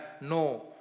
no